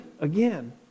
again